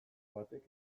batek